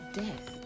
death